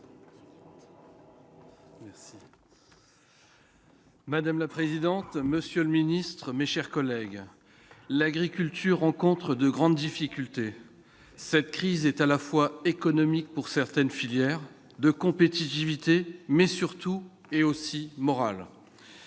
Madame la présidente, monsieur le ministre, mes chers collègues, l'agriculture rencontrent de grandes difficultés, cette crise est à la fois économique pour certaines filières de compétitivité mais surtout et aussi morale,